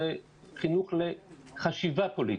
זה חינוך לחשיבה פוליטית,